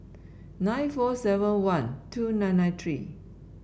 nine four seven one two nine nine three